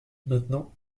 maintenant